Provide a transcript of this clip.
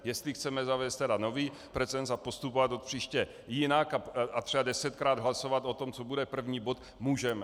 Jestli tedy chceme zavést nový precedens a postupovat odpříště jinak a třeba desetkrát hlasovat o tom, co bude první bod, můžeme.